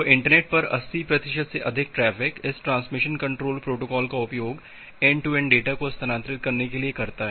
तो इंटरनेट पर 80 प्रतिशत से अधिक ट्रैफ़िक इस ट्रांसमिशन कंट्रोल प्रोटोकॉल का उपयोग एन्ड टू एन्ड डेटा को स्थानांतरित करने के लिए करता है